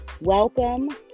Welcome